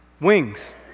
wings